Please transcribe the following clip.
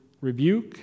rebuke